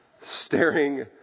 staring